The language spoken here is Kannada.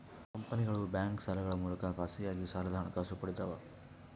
ಕಂಪನಿಗಳು ಬ್ಯಾಂಕ್ ಸಾಲಗಳ ಮೂಲಕ ಖಾಸಗಿಯಾಗಿ ಸಾಲದ ಹಣಕಾಸು ಪಡಿತವ